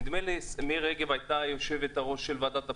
ונדמה לי שמירי רגב הייתה היושבת-ראש של ועדת הפנים.